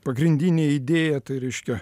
pagrindinę idėją tai reiškia